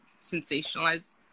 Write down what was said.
sensationalized